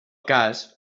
cas